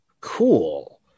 Cool